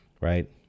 Right